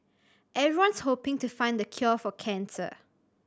everyone's hoping to find the cure for cancer